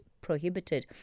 prohibited